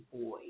boy